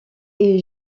est